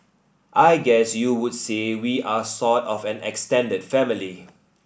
I guess you would say we are sort of an extended family